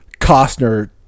Costner